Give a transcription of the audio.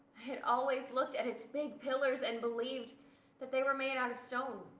had always looked at its big pillars and believed that they were made out of stone,